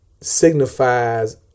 signifies